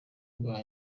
bwa